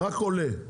לא.